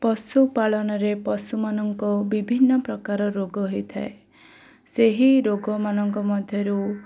ପଶୁପାଳନରେ ପଶୁମାନଙ୍କୁ ବିଭିନ୍ନ ପ୍ରକାର ରୋଗ ହେଇଥାଏ ସେହି ରୋଗମାନଙ୍କ ମଧ୍ୟରୁ